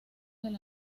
del